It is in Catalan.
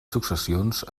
successions